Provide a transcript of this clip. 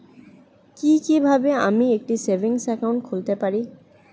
কি কিভাবে আমি একটি সেভিংস একাউন্ট খুলতে পারি?